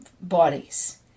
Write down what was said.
bodies